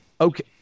okay